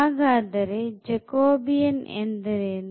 ಹಾಗಾದರೆ jacobian ಎಂದರೇನು